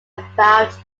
about